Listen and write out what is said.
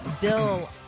Bill